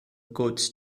goods